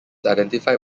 identified